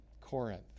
Corinth